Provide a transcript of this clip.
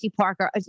Parker